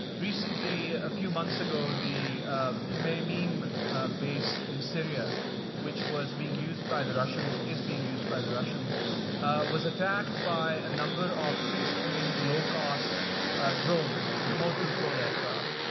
recently a few months ago the khmeimim airbase in syria which was being used by the russians is being used by the russians was attacked by a number of fixed wing, low-cost drones, remote control aircraft,